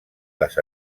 les